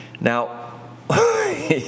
Now